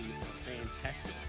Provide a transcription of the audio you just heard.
fantastic